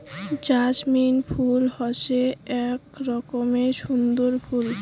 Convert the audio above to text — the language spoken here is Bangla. জাছমিন ফুল হসে আক রকমের সুন্দর ফুল